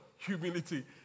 Humility